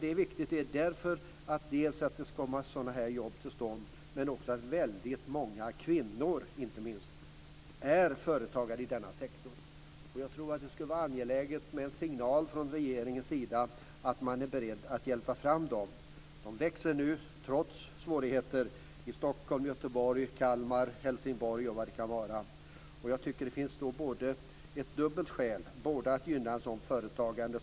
Det är viktigt för att få jobb till stånd men också för att många kvinnor är företagare inom den sektorn. Det skulle vara angeläget med en signal från regeringens sida att man är beredd att hjälpa fram dem. Dessa företag växer nu, trots svårigheter, i Stockholm, Göteborg, Kalmar, Helsingborg och var det kan vara. Det finns två skäl att gynna detta företagande.